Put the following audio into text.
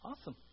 awesome